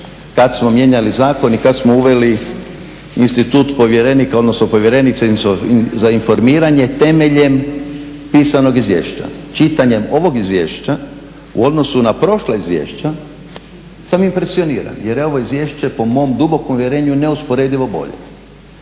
kad smo mijenjali zakon i kad smo uveli institut povjerenika, odnosno povjerenice za informiranjem temeljem pisanog izvješća. Čitanjem ovog izvješća u odnosu na prošla izvješća sam impresioniran, jer je ovo izvješće po mom dubokom uvjerenju neusporedivo bolje.